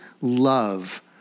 love